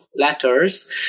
letters